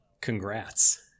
congrats